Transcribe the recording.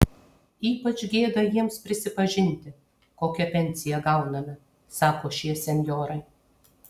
ypač gėda jiems prisipažinti kokią pensiją gauname sako šie senjorai